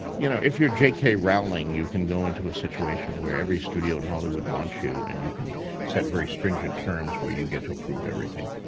you know if you're j. k. rowling, you can go into a situation where every studio in hollywood wants you and you can set very stringent terms where you get to approve everything.